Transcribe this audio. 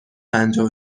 پنجاه